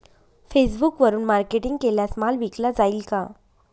फेसबुकवरुन मार्केटिंग केल्यास माल विकला जाईल का?